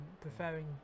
preferring